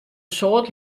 soad